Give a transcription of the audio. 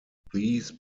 these